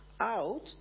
out